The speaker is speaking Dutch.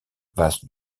was